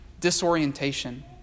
Disorientation